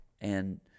And-